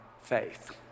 faith